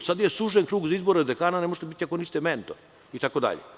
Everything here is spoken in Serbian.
Sada je sužen krug za izbore dekana, ne možete biti ako niste mentor itd.